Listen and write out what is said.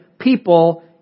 people